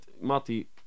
Mati